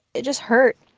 it just hurt.